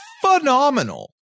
phenomenal